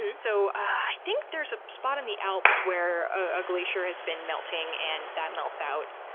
and so i think there's a spot in the alps where a glacier has been melting, and that melts out,